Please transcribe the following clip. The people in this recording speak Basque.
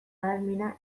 ahalmena